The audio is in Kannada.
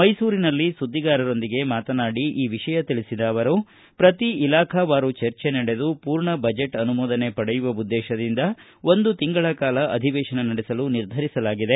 ಮ್ನೆಸೂರಿನಲ್ಲಿ ಸುದ್ದಿಗಾರರೊಂದಿಗೆ ಮಾತನಾಡಿ ಈ ವಿಷಯ ತಿಳಿಸಿದ ಅವರು ಪ್ರತಿ ಇಲಾಖಾವಾರು ಚರ್ಚೆ ನಡೆದು ಪೂರ್ಣ ಬಜೆಟ್ ಅನುಮೋದನೆ ಪಡೆಯುವ ಉದ್ದೇಶದಿಂದ ಒಂದು ತಿಂಗಳ ಕಾಲ ಅಧಿವೇಶನ ನಡೆಸಲು ನಿರ್ಧರಿಸಲಾಗಿದೆ